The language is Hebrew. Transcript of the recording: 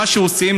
מה עושים,